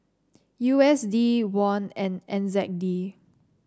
U S D Won and N Z D